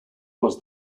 was